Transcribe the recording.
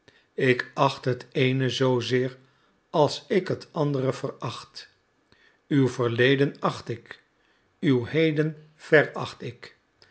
ik acht het eene zoozeer als ik het andere veracht uw verleden acht ik uw heden veracht ik